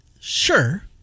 Sure